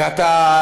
ואתה,